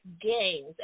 games